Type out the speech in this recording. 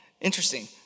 Interesting